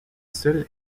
seul